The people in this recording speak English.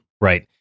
Right